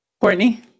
Courtney